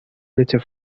little